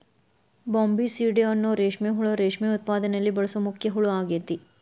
Bombycidae ಅನ್ನೋ ರೇಷ್ಮೆ ಹುಳು ರೇಷ್ಮೆ ಉತ್ಪಾದನೆಯಲ್ಲಿ ಬಳಸೋ ಮುಖ್ಯ ಹುಳ ಆಗೇತಿ